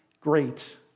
great